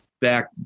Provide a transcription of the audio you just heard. back